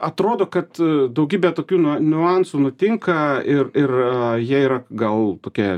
atrodo kad daugybė tokių niu niuansų nutinka ir ir jie yra gal tokie